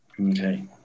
Okay